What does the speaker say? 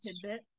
tidbit